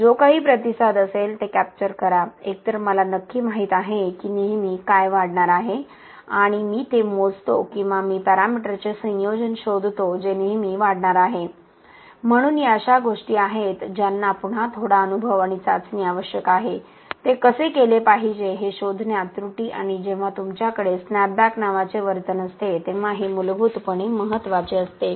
जो काही प्रतिसाद असेल ते कॅप्चर करा एकतर मला नक्की माहित आहे की नेहमी काय वाढणार आहे आणि मी ते मोजतो किंवा मी पॅरामीटर्सचे संयोजन शोधतो जे नेहमी वाढणार आहे म्हणून या अशा गोष्टी आहेत ज्यांना पुन्हा थोडा अनुभव आणि चाचणी आवश्यक आहे ते कसे केले पाहिजे हे शोधण्यात त्रुटी आणि जेव्हा तुमच्याकडे स्नॅपबॅक नावाचे वर्तन असते तेव्हा हे मूलभूतपणे महत्त्वाचे असते